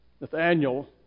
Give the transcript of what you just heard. Nathaniel